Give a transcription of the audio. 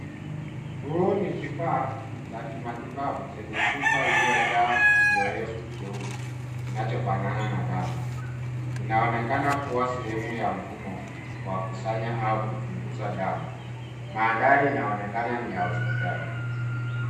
Huu ni kifaa cha kimatibabu, chenye chupa iliyojaa kioevu cheusi, kinachofanana na damu, inaonekana kuwa, sehemu ya mfumo, wa kusanya, au kuchunguza damu, mandhari inaonekana ni ya hospitali.